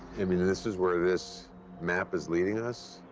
i mean this is where this map is leading us.